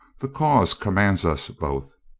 the cause commands us both.